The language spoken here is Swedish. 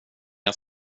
jag